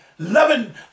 Loving